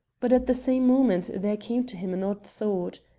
but at the same moment there came to him an odd thought.